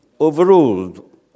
overruled